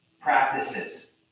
practices